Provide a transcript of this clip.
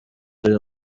ari